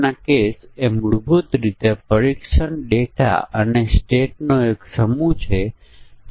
અને ઘણી પરિસ્થિતિઓ જેવી કે યુઝર ઇન્ટરફેસ સંદર્ભમાં અને એમ્બેડેડ નિયંત્રક સોફ્ટવેરમાં આ પ્રકારની સમસ્યાઓ ઊભી થાય ખાસ છે